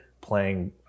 playing